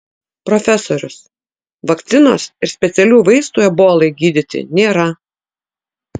profesorius vakcinos ir specialių vaistų ebolai gydyti nėra